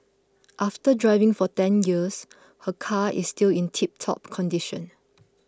after driving for ten years her car is still in tiptop condition